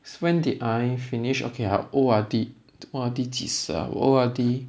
when did I finished okay I O_R_D O_R_D 几时 ah 我 O_R_D